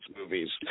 movies